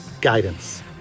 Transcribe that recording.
Guidance